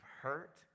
hurt